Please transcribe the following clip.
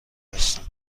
هستند